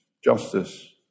justice